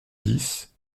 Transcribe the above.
dix